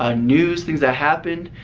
ah news, things that happened,